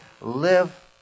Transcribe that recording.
live